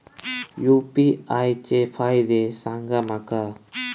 UPI चे फायदे सांगा माका?